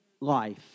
life